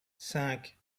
cinq